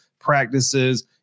practices